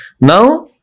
Now